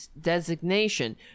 designation